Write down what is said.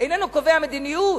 איננו קובע מדיניות.